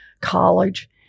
college